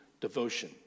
devotion